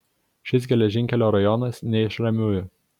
šis geležinkelio rajonas ne iš ramiųjų